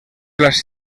las